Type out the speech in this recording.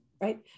right